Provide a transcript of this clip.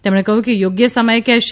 તેમણે કહ્યું કે તે યોગ્ય સમયે કહેશે